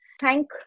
Thank